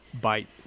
bite